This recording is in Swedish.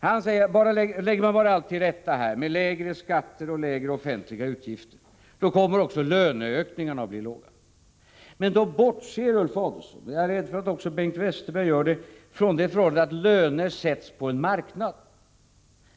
Han säger att lägger man bara allt till rätta med lägre skatter och lägre offentliga utgifter, så kommer också löneökningarna att bli låga. Men då bortser Ulf Adelsohn — och jag är rädd att detta gäller även Bengt Westerberg — från det förhållandet att löner sätts på en marknad.